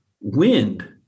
Wind